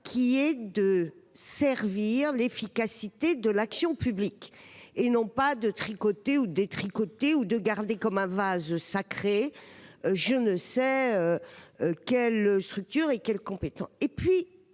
objectif de servir l'efficacité de l'action publique, et non de tricoter, de détricoter ou de conserver comme un vase sacré je ne sais quelle structure et quelle compétence